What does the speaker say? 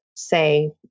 Say